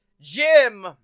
Jim